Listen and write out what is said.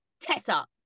tessa